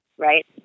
right